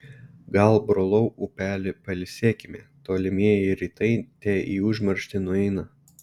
gal brolau upeli pailsėkime tolimieji rytai te į užmarštį nueina